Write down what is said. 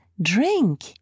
Drink